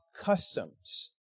customs